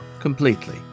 completely